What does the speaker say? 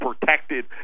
protected